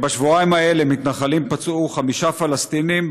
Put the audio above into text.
בשבועיים האלה מתנחלים פצעו חמישה פלסטינים,